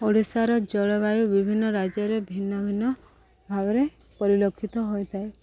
ଓଡ଼ିଶାର ଜଳବାୟୁ ବିଭିନ୍ନ ରାଜ୍ୟରେ ଭିନ୍ନ ଭିନ୍ନ ଭାବରେ ପରିଲକ୍ଷିତ ହୋଇଥାଏ